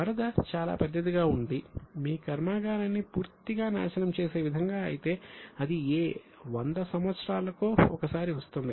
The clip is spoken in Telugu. వరద చాలా పెద్దదిగా ఉండి మీ కర్మాగారాన్ని పూర్తిగా నాశనం చేసే విధంగా అయితే అది ఏ 100 సంవత్సరాలకో ఒకసారి వస్తుంది